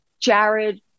Jared